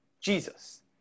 Jesus